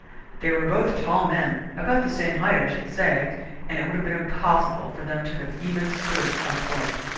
they were both tall men about the same height, i should say and it would have been impossible for them to have even stood upright.